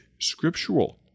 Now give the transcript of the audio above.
scriptural